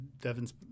Devon's